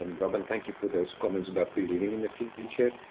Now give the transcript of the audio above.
um robin, thank you for those comments about believing in the future.